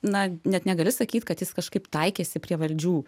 na net negali sakyt kad jis kažkaip taikėsi prie valdžių